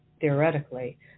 theoretically